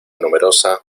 numerosa